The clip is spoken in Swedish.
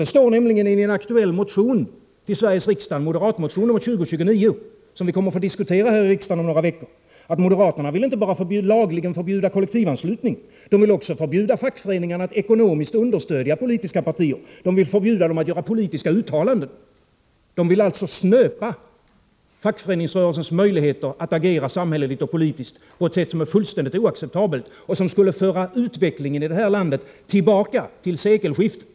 Det står nämligen i en aktuell moderat motion till Sveriges riksdag, nr 2029, som vi kommer att få diskutera härikammaren om några veckor, att moderaterna vill inte bara i lag förbjuda kollektivanslutning utan även förbjuda fackföreningar att ekonomiskt understödja politiska partier. Man vill också förbjuda dem att göra politiska uttalanden. Man vill alltså på ett sätt som är fullständigt oacceptabelt snöpa fackföreningsrörelsens möjligheter att agera samhälleligt och politiskt. Det skulle föra utvecklingen här i landet tillbaka till sekelskiftet.